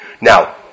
Now